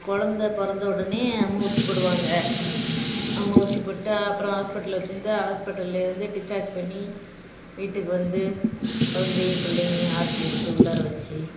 குழந்த பிறந்த உடனே அம்மை ஊசி போடுவாங்க அம்மை ஊசி போட்டா அப்புறோம் ஆஸ்ப்பிட்டலில் வச்சிருந்து ஆஸ்ப்பிட்டல்லந்து டிஸ்சார்ஜ் பண்ணி வீட்டுக்கு வந்து குழந்தையும் பிள்ளையையும் ஆர்த்தி எடுத்து உள்ளார வச்சு